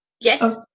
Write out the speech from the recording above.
yes